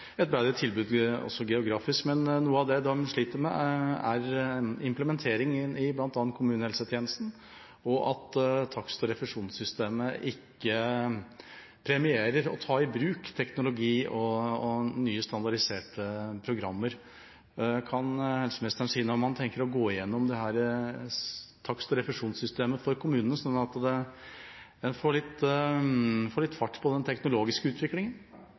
et bedre tilbud i et geografisk større område. Men noe av det de sliter med, er implementering i bl.a. kommunehelsetjenesten, og at takst- og refusjonssystemet ikke premierer å ta i bruk teknologi og nye, standardiserte programmer. Kan helseministeren si noe om hvorvidt han tenker å gå igjennom takst og refusjonssystemet for kommunene, slik at en får litt fart på den teknologiske